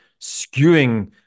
skewing